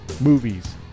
movies